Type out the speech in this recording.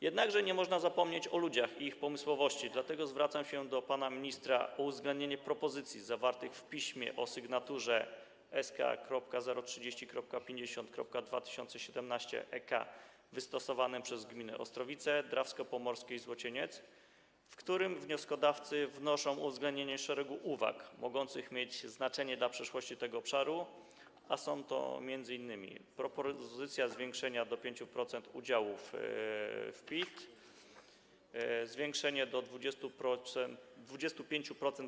Jednakże nie można zapomnieć o ludziach i ich pomysłowości, dlatego zwracam się do pana ministra o uwzględnienie propozycji zawartych w piśmie o sygnaturze SK.030.50.2017.EK, wystosowanym przez gminy: Ostrowice, Drawsko Pomorskie i Złocieniec, w którym wnioskodawcy wnoszą o uwzględnienie szeregu uwag mogących mieć znaczenie dla przyszłości tego obszaru, a są to m.in.: propozycja zwiększenia do 5% udziałów w PIT, zwiększenie do 25%